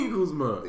Kuzma